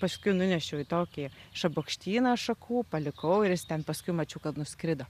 paskui nunešiau į tokį šabakštyną šakų palikau ir jis ten paskui mačiau kad nuskrido